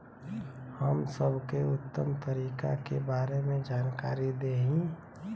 हम सबके उत्तम तरीका के बारे में जानकारी देही?